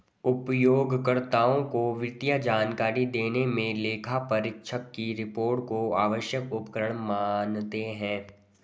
उपयोगकर्ताओं को वित्तीय जानकारी देने मे लेखापरीक्षक की रिपोर्ट को आवश्यक उपकरण मानते हैं